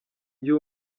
gihe